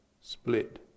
split